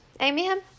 Amen